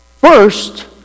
First